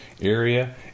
area